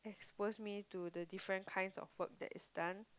expose me to the different kinds of work that is done